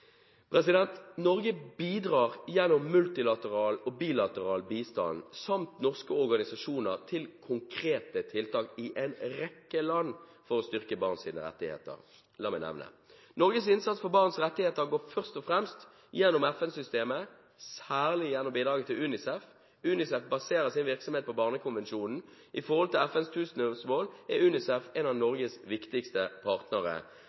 Norge bidrar gjennom multilateral og bilateral bistand samt norske organisasjoner til konkrete tiltak i en rekke land for å styrke barns rettigheter. La meg nevne: Norges innsats for barns rettigheter går først og fremst gjennom FN-systemet, særlig gjennom bidraget til UNICEF. UNICEF baserer sin virksomhet på Barnekonvensjonen. I forhold til FNs tusenårsmål er UNICEF en av Norges viktigste partnere.